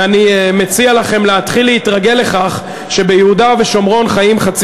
ואני מציע לכם להתחיל להתרגל לכך שביהודה ובשומרון חיים,